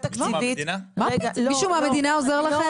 תקציבית --- מישהו מהמדינה עוזר לכם?